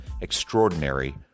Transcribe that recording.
extraordinary